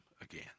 again